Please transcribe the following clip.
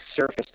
surface